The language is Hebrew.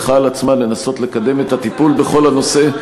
לקחה על עצמה לנסות לקדם את הטיפול בכל הנושא,